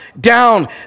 down